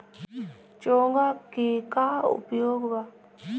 चोंगा के का उपयोग बा?